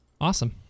awesome